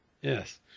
Yes